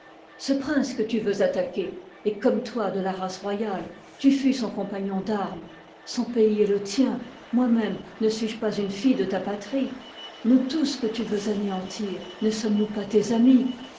ce prince que tu veux attaquer est comme toi de a race royale tu fus son compagnon d'armes son pays est le tien moi-même ne suis-je pas une fille de ta patrie nous tous que tu veux anéantir ne sommes-nous pas tes amis